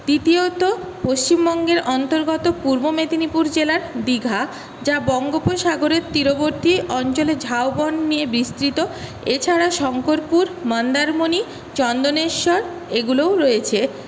দ্বিতীয়ত পশ্চিমবঙ্গের অন্তর্গত পূর্ব মেদিনীপুর জেলার দীঘা যা বঙ্গোপসাগরের তীরবর্তী অঞ্চলে ঝাউবন নিয়ে বিস্তৃত এছাড়া শঙ্করপুর মন্দারমণি চন্দনেশ্বর এগুলোও রয়েছে